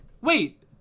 Wait